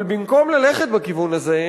אבל במקום ללכת בכיוון הזה,